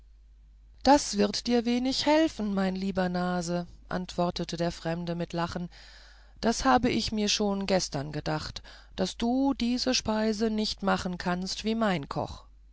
das wird dir wenig helfen mein lieber nase antwortete der fremde mit lachen das habe ich mir schon gestern gedacht daß du diese speise nicht machen kannst wie mein koch